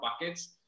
buckets